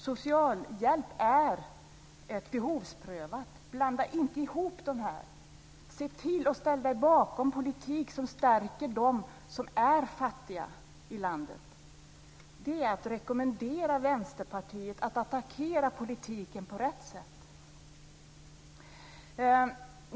Socialhjälp är behovsprövat. Blanda inte ihop det här! Kenneth Kvist ska se till att ställa sig bakom politik som stärker dem som är fattiga i landet. Det är att rekommendera Vänsterpartiet att attackera politiken på rätt sätt.